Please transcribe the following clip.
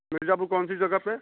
मिर्ज़ापुर कौन सी जगह पर